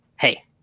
hey